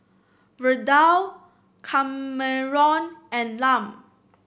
Verdell Kameron and Lum